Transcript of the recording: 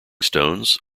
stones